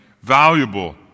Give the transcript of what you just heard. valuable